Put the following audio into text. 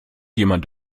jemand